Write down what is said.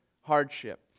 hardship